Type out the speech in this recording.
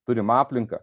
turim aplinką